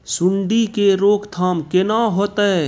सुंडी के रोकथाम केना होतै?